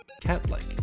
Cat-like